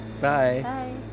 Bye